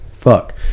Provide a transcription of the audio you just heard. fuck